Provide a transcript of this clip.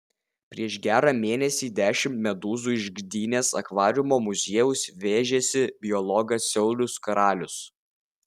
prieš gerą mėnesį dešimt medūzų iš gdynės akvariumo muziejaus vežėsi biologas saulius karalius